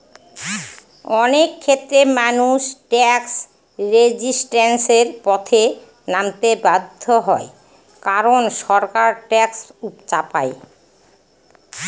অনেক ক্ষেত্রেই মানুষ ট্যাক্স রেজিস্ট্যান্সের পথে নামতে বাধ্য হয় কারন সরকার ট্যাক্স চাপায়